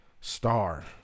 star